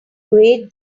great